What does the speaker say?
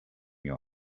your